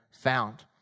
found